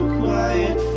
quiet